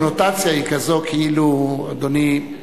אבל הקונוטציה היא כזו, כאילו אדוני,